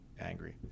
angry